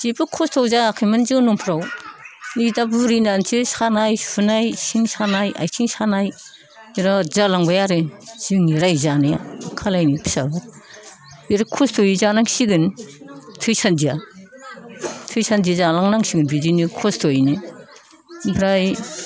जेबो खस्त' जायाखैमोन जोनोमफोराव नै दा बुरैनानैसो सानाय सुनाय सिं सानाय आथिं सानाय बिराद जालांबाय आरो जोंनि रायजो जानाया मा खालामनो फिसाफोर बिराद खस्त'यै जानांसिगोन थैसान्दिया थैसान्दि जालांनांसिगोन बिदिनो खस्त'यैनो ओमफ्राय